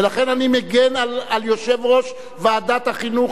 ולכן אני מגן על יושב-ראש ועדת החינוך